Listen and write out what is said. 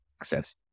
access